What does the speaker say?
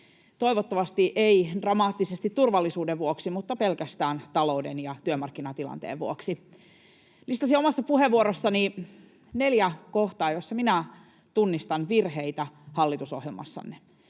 toivottavasti ei dramaattisesti turvallisuuden vuoksi vaan pelkästään talouden ja työmarkkinatilanteen vuoksi. Listasin omassa puheenvuorossani neljä kohtaa, joissa minä tunnistan virheitä hallitusohjelmassanne.